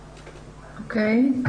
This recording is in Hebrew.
עשה.